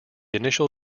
initial